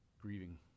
grieving